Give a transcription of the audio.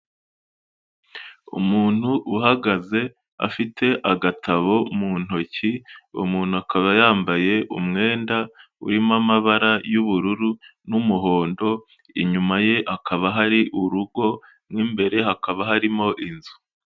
Umuntu uhagaze afite agatabo mu ntoki, uwo umuntu akaba yambaye umwenda urimo amabara y'ubururu n'umuhondo, inyuma ye akaba hari urugo rw'imbere hakaba harimo inzu.